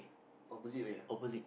opposite way ah